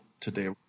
today